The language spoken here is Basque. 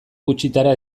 gutxitara